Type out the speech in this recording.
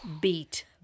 beat